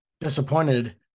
disappointed